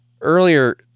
earlier